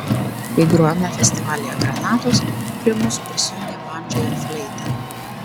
kai grojome festivalyje granatos prie mūsų prisijungė bandža ir fleita